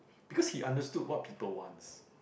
because he understood what people wants